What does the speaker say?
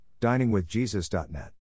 diningwithjesus.net